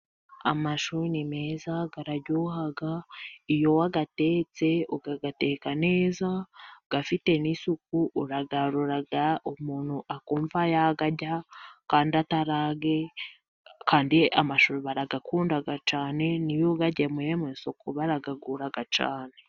Amashu ni meza. aryaha, iyo wayatetse, ukayateka neza, afite n'isuku, urayarura umuntu akumva yayarya, kandi abataraye, kandi amashu barayakunda cyane, niyo uyagemuye mu isoku barayagura cyane.